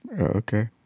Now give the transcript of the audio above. Okay